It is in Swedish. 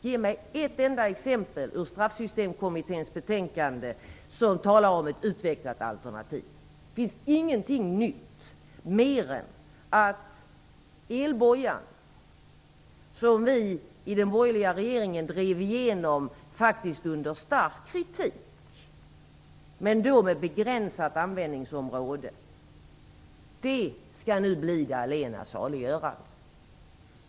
Ge mig ett enda exempel ur Straffsystemkommitténs betänkande där det talas om ett utvecklat alternativ. Det finns ingenting nytt mer än att elbojan - som vi i den borgerliga regeringen drev igenom, faktiskt under stark kritik, men då med begränsat användningsområde - nu skall bli det allena saliggörande.